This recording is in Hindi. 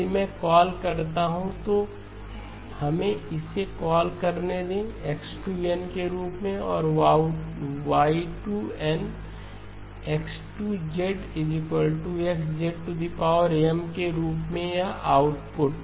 यदि मैं इसे कॉल करता हूं तो हमें इसे कॉल करने दें X2n के रूप में और Y2 nX2X के रूप में यह आउटपुट